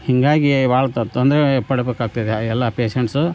ಹೀಗಾಗಿ ಭಾಳ ತೊಂದರೆ ಪಡಬೇಕಾಗ್ತದೆ ಎಲ್ಲ ಪೇಶಂಟ್ಸು